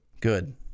Good